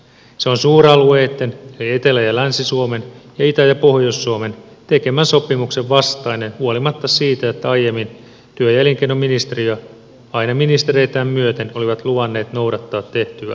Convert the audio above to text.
se on suuralueitten eli etelä ja länsi suomen ja itä ja pohjois suomen tekemän sopimuksen vastainen huolimatta siitä että aiemmin työ ja elinkeinoministeriö aina ministereitään myöten oli luvannut noudattaa tehtyä sopimusta